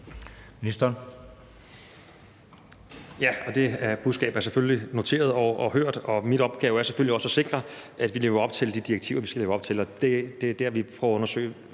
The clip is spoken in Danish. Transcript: Ministeren.